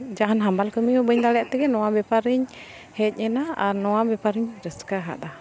ᱡᱟᱦᱟᱱ ᱦᱟᱢᱟᱞ ᱠᱟᱹᱢᱤ ᱦᱚᱸ ᱵᱟᱹᱧ ᱫᱟᱲᱮᱭᱟᱜ ᱛᱮᱜᱮ ᱱᱚᱣᱟ ᱵᱮᱯᱟᱨᱤᱧ ᱦᱮᱡ ᱮᱱᱟ ᱟᱨ ᱱᱚᱣᱟ ᱵᱮᱯᱟᱨᱤᱧ ᱨᱟᱹᱥᱠᱟᱹ ᱟᱫᱟ